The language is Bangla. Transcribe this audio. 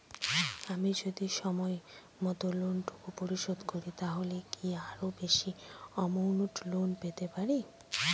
আমি যদি সময় মত লোন টুকু পরিশোধ করি তাহলে কি আরো বেশি আমৌন্ট লোন পেতে পাড়ি?